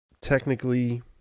technically